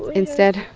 instead?